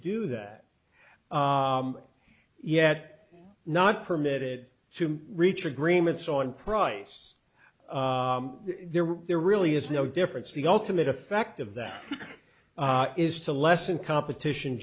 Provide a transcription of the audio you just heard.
do that yet not permitted to reach agreements on price there were there really is no difference the ultimate effect of that is to lessen competition